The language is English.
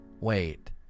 Wait